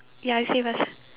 ya you say first